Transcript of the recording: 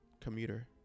commuter